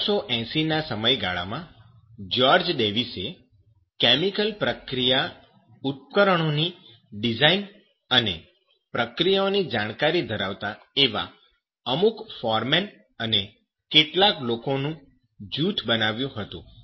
1880 ના સમયગાળા માં જ્યોર્જ ડેવિસે કેમિકલ પ્રક્રિયા ઉપકરણોની ડિઝાઈન અને પ્રક્રિયાઓની જાણકારી ધરાવતા એવા અમુક ફોરમેન અને કેટલાક લોકોનું જૂથ બનાવ્યું હતું